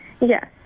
Yes